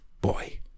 boy